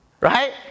right